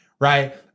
Right